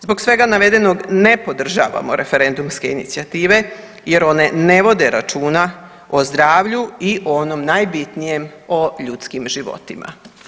Zbog svega navedenog ne podržavamo referendumske inicijative jer one ne vode računa o zdravlju i o onom najbitnijem o ljudskim životima.